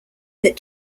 that